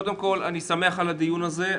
קודם כול אני שמח על הדיון הזה,